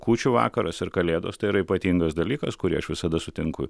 kūčių vakaras ir kalėdos tai yra ypatingas dalykas kurį aš visada sutinku